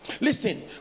Listen